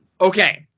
Okay